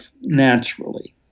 naturally